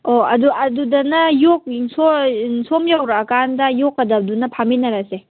ꯑꯣ ꯑꯗꯨꯗꯅ ꯌꯣꯛ ꯁꯣꯝ ꯌꯧꯔꯛꯑꯀꯥꯟꯗ ꯌꯣꯛꯀꯗꯕꯗꯨꯅ ꯐꯥꯃꯤꯟꯅꯔꯁꯦ